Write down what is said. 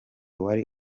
wari